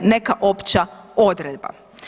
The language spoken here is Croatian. Neka opća odredba.